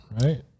right